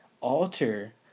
Alter